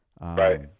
right